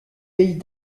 pays